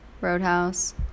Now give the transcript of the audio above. Roadhouse